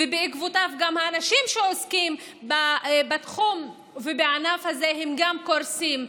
ובעקבותיו גם האנשים שעוסקים בתחום ובענף הזה קורסים.